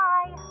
Bye